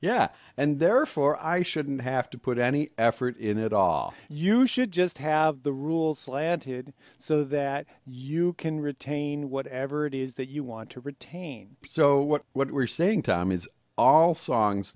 yeah and therefore i shouldn't have to put any effort in at all you should just have the rules slanted so that you can retain whatever it is that you want to retain so what we're saying time is all songs